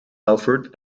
melford